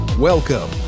Welcome